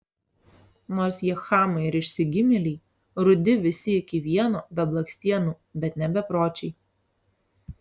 nors jie chamai ir išsigimėliai rudi visi iki vieno be blakstienų bet ne bepročiai